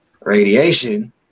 radiation